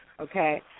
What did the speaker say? okay